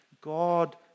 God